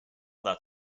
that